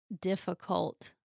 difficult